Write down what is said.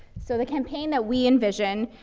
so the campaign that we envision,